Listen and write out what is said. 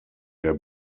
der